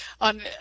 on